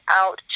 out